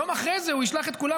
יום אחרי זה הוא ישלח את כולם,